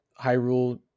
Hyrule